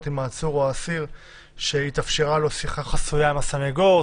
עם העצור או האסיר שהתאפשרה לו שיחה חסויה עם הסנגור.